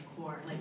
core